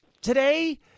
today